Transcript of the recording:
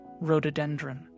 rhododendron